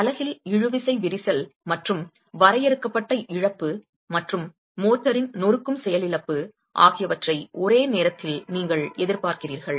உண்மையில் அலகில் இழுவிசை விரிசல் மற்றும் வரையறுக்கப்பட்ட இழப்பு மற்றும் மோர்டாரின் நொறுக்கும் செயலிழப்பு ஆகியவற்றை ஒரே நேரத்தில் நீங்கள் எதிர்பார்க்கிறீர்கள்